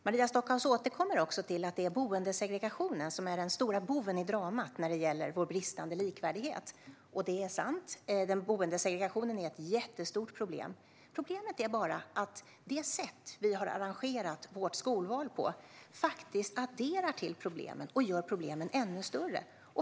Maria Stockhaus återkommer till att det är boendesegregationen som är den stora boven i dramat när det gäller vår bristande likvärdighet, och det är sant. Boendesegregationen är ett jättestort problem. Men det sätt vi har arrangerat vårt skolval på gör faktiskt problemen ännu större.